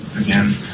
again